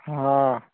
ହଁ